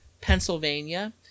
Pennsylvania